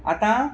आतां